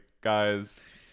guys